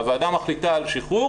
הוועדה מחליטה על שחרור